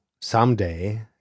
someday